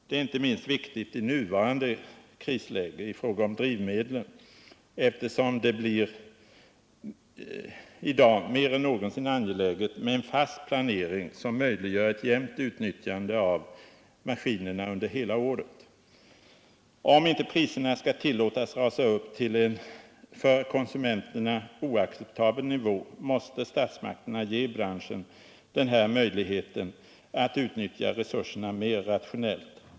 Det är inte minst viktigt i nuvarande krisläge i fråga om drivmedel, eftersom det i dag mer än någonsin är angeläget med en fast planering som möjliggör ett jämnt utnyttjande av maskinerna under hela året. Om inte priserna skall tillåtas rusa upp till en för konsumenterna oacceptabel nivå måste statsmakterna ge branschen denna möjlighet att utnyttja resurserna mer rationellt.